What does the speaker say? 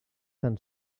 tan